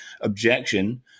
objection